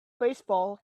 baseball